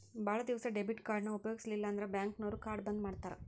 ಭಾಳ್ ದಿವಸ ಡೆಬಿಟ್ ಕಾರ್ಡ್ನ ಉಪಯೋಗಿಸಿಲ್ಲಂದ್ರ ಬ್ಯಾಂಕ್ನೋರು ಕಾರ್ಡ್ನ ಬಂದ್ ಮಾಡ್ತಾರಾ